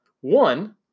one